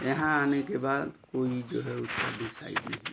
यहाँ आने के बाद कोई जो है उसका डिसाइड नहीं